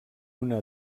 una